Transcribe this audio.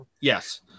yes